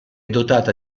dotata